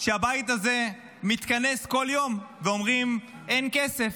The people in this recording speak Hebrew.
שבגללן הבית הזה מתכנס כל יום ואומר שאין כסף.